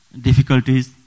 difficulties